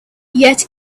yet